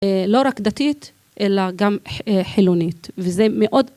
לא רק דתית, אלא גם חילונית, וזה מאוד.